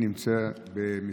והנתונים הם נתונים קשים.